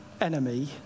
enemy